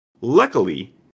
Luckily